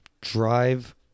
drive